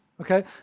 okay